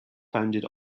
founded